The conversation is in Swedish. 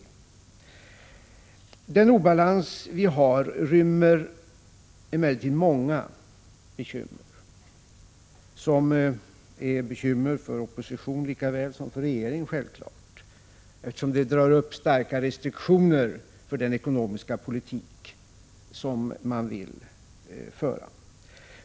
Den obalans vi har rymmer emellertid många bekymmer — för oppositionen lika väl som för regeringen, eftersom de innebär starka restriktioner för den politik man vill föra.